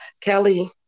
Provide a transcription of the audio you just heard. kelly